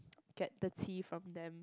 get the tea from them